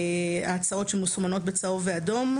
ההצעות מסומנות בצהוב ובאדום,